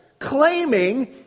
claiming